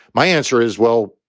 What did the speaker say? my answer is, well,